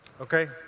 Okay